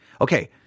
okay